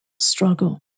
struggle